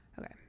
Okay